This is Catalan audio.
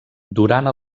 durant